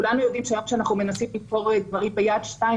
כולנו יודעים שכשאנחנו מנסים היום למכור דברים ביד 2,